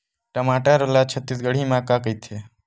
टमाटर ला छत्तीसगढ़ी मा का कइथे?